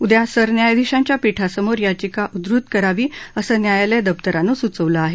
उद्या सरन्यायाधीशाच्या पीठासमोर याचिका उद्धत करावी असं न्यायालय दप्तरानं सुचवलं आहे